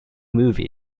movie